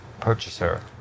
purchaser